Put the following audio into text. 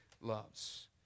loves